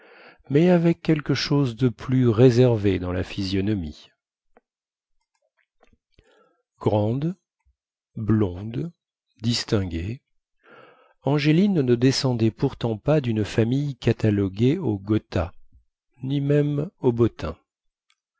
mais avec quelque chose de plus réservé dans la physionomie grande blonde distinguée angéline ne descendait pourtant pas dune famille cataloguée au gotha ni même au